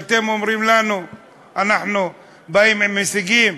ואתם אומרים לנו שאתם באים עם הישגים?